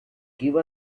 give